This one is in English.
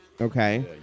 Okay